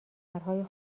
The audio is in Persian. پرهای